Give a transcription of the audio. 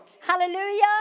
hallelujah